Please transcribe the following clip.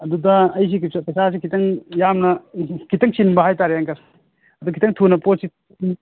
ꯑꯗꯨꯗ ꯑꯩꯁꯤ ꯄꯩꯁꯥꯁꯦ ꯈꯤꯇꯪ ꯌꯥꯝꯅ ꯈꯤꯇꯪ ꯆꯤꯟꯕ ꯍꯥꯏꯇꯔꯦ ꯑꯪꯀꯜ ꯑꯗꯨ ꯈꯤꯇꯪ ꯊꯨꯅ ꯄꯣꯠꯁꯤ